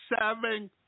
seven